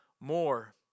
more